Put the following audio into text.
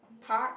park